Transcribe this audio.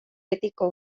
betiko